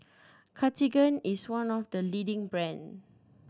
Cartigain is one of the leading brand